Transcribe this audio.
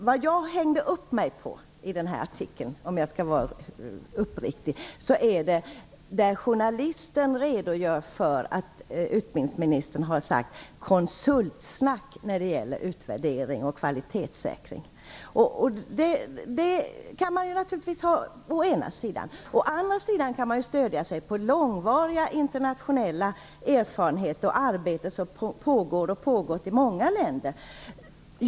Vad jag hängde upp mig på i artikeln, om jag skall vara uppriktig, är att journalisten redogör för att utbildningsministern har talat om "konsultsnack" när det gäller utvärdering och kvalitetssäkring. Å ena sidan kan man naturligtvis säga så. Å andra sidan kan man stödja sig på erfarenheterna av långvariga arbeten som pågår och har pågått i många länder.